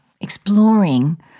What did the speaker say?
exploring